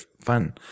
fun